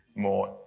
more